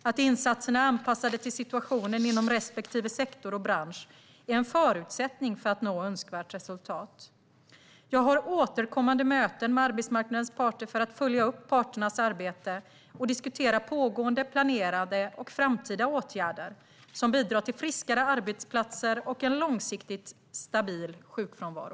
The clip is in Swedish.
Att insatserna är anpassade till situationen inom respektive sektor och bransch är en förutsättning för att nå önskvärt resultat. Jag har återkommande möten med arbetsmarknadens parter för att följa upp parternas arbete och diskutera pågående, planerade och framtida åtgärder som bidrar till friskare arbetsplatser och en långsiktigt stabil sjukfrånvaro.